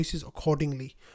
accordingly